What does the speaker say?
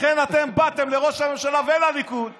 אתם באתם לראש הממשלה ולליכוד ואמרתם: